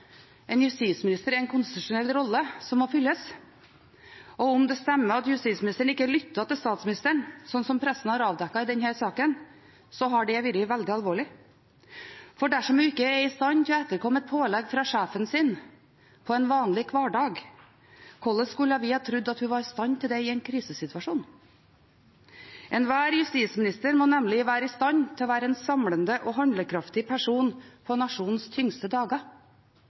en justisminister er en konstitusjonell rolle som må fylles, og om det stemmer at justisministeren ikke lyttet til statsministeren, slik pressen har avdekket i denne saken, er det veldig alvorlig. For dersom hun ikke er i stand til å etterkomme et pålegg fra sjefen sin på en vanlig hverdag, hvordan skulle vi ha trodd at hun var i stand til det i en krisesituasjon? Enhver justisminister må nemlig være i stand til å være en samlende og handlekraftig person på nasjonens tyngste dager.